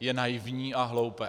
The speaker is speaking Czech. je naivní a hloupé.